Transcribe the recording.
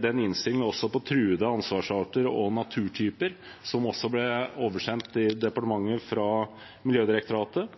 den innstillingen om truede ansvarsarter og naturtyper, som også ble oversendt departementet fra Miljødirektoratet.